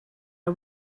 are